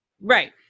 Right